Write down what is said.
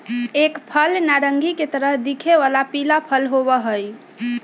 एक फल नारंगी के तरह दिखे वाला पीला फल होबा हई